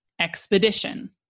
expedition